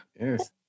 yes